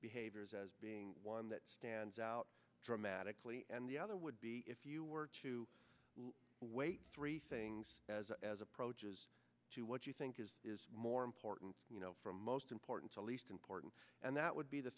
behaviors as being one that stands out dramatically and the other would be if you were to wait three things as approaches to what you think is more important from most important to least important and that would be the